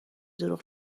دروغ